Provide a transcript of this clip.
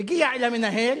הוא הגיע למנהל,